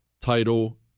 title